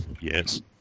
Yes